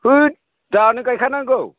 होत दानो गायथारनांगौ